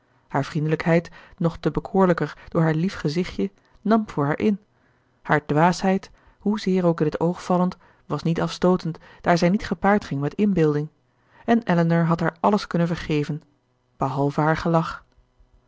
haar vriendelijkheid nog te bekoorlijker door haar lief gezichtje nam voor haar in haar dwaasheid hoezeer ook in het oog vallend was niet afstootend daar zij niet gepaard ging met inbeelding en elinor had haar alles kunnen vergeven behalve haar gelach